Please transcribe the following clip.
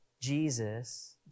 Jesus